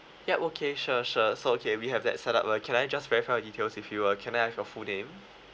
yup okay sure sure so okay we have that setup uh can I just verify your details with you uh can I have your full name